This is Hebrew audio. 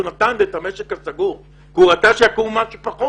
נתן זה המשק הסגור כי הוא רצה שיקום כמה שפחות.